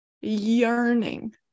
yearning